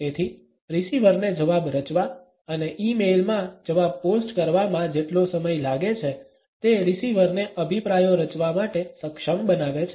તેથી રિસીવર ને જવાબ રચવા અને ઇમેઇલમાં આ જવાબ પોસ્ટ કરવામાં જેટલો સમય લાગે છે તે રિસીવરને અભિપ્રાયો રચવા માટે સક્ષમ બનાવે છે